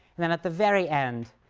and then, at the very end,